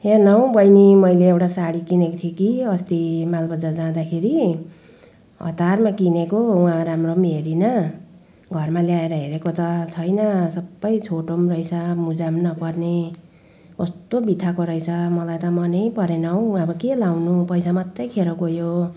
हेर न हौ बहिनी मैले एउटा साडी किनेको थिएँ कि अस्ति मालबजार जाँदाखेरि हतारमा किनेको वहाँ राम्रो पनि हेरिनँ घरमा ल्याएर हेरेको त छैन सबै छोटो पनि रहेछ मुजा पनि नपर्ने कस्तो बित्थाको रहेछ मलाई त मनै परेन अब के लगाउनु पैसा मात्रै खेरो गयो